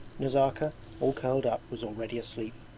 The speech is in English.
nazarka, all curled up, was already asleep.